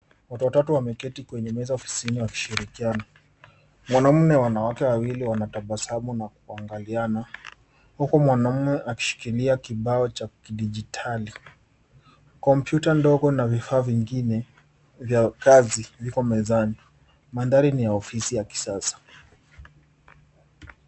Watu watatu wameketi kwenye meza ofisini wakishirikiana. Mwanamme, wanawake wawili wanatabasamu na kuangaliana huku mwanamme akishikilia kibao cha kidijitali. Kompyuta ndogo na vifaa vingine vya kazi viko mezani. Mandhari ni ya ofisi ya kisasa.